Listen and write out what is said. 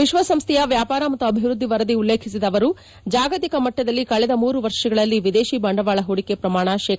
ವಿಶ್ವಸಂಸ್ವೆಯ ವ್ಯಾಪಾರ ಮತ್ತು ಅಭಿವ್ದದ್ದಿ ವರದಿಯನ್ನು ಉಲ್ಲೇಖಿಸಿದ ಅವರು ಜಾಗತಿಕ ಮಟ್ಟದಲ್ಲಿ ಕಳೆದ ಮೂರು ವರ್ಷಗಳಲ್ಲಿ ವಿದೇಶಿ ಬಂಡವಾಳ ಹೂಡಿಕೆ ಪ್ರಮಾಣ ಶೇ